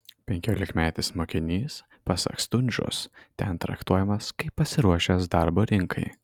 penkiolikmetis mokinys pasak stundžos ten traktuojamas kaip pasiruošęs darbo rinkai